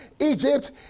Egypt